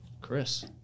Chris